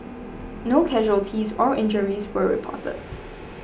no casualties or injuries were reported